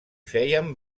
feien